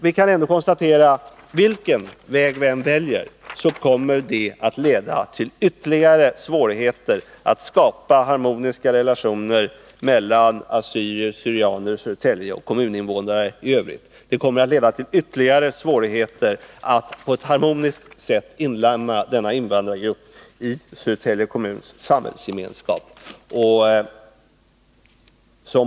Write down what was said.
Vi kan konstatera att vilken väg vi än väljer kommer det att leda till ytterligare svårigheter att skapa harmoniska relationer mellan assyrier/ syrianer i Södertälje och kommuninvånarna i övrigt. Det kommer att leda till ytterligare svårigheter att på ett harmoniskt sätt inlemma denna invandrargrupp i Södertälje kommuns samhällsgemenskap.